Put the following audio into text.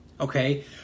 Okay